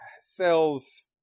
sells